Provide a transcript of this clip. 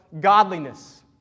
godliness